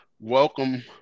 Welcome